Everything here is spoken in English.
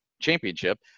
championship